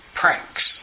pranks